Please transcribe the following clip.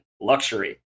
luxury